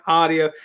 audio